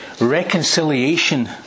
reconciliation